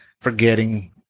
forgetting